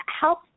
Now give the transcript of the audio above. help